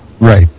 right